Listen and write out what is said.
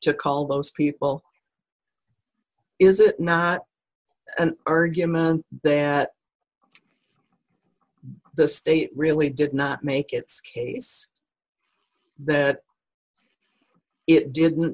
to call those people is it not an argument that the state really did not make its case that it didn't